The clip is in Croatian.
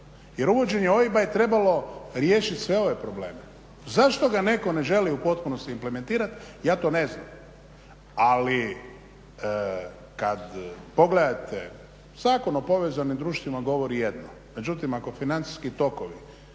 Jer uvođenje OIB-a je trebalo riješiti sve ove probleme. Zašto ga netko ne želi u potpunosti implementirati ja to ne znam. Ali kad pogledate Zakon o povezanim društvima govori jedno. Međutim, ako financijski tokovi